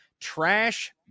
trash